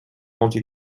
anti